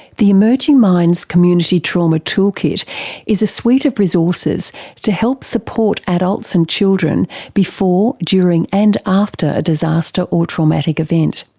the emerging minds community trauma toolkit is a suite of resources to help support adults and children before, during, and after a disaster or traumatic event.